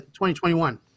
2021